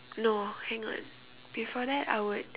no hang on before that I would